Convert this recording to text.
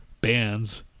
bands